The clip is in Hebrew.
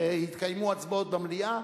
ויתקיימו הצבעות במליאה,